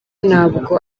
ntabwo